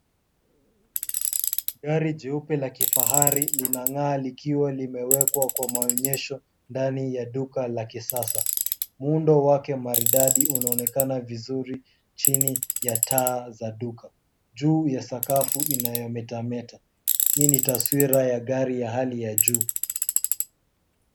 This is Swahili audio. Gari jeupe la kifahari linang'aa likiwa limewekwa kwa maonyesho ndani ya duka la kisasa. Muundo wake maridadi unaonekana vizuri chini ya taa za duka juu ya sakafu inayometameta. Hii ni taswira ya gari ya hali ya juu.